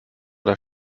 das